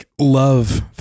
love